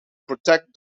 protect